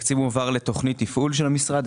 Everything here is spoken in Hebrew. התקציב מועבר לתוכנית תפעול של המשרד,